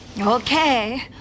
Okay